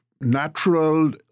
natural